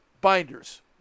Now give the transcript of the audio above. binders